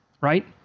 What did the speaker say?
right